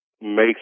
makes